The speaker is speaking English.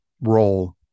role